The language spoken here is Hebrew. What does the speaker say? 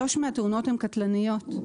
3 מהתאונות הן קטלניות,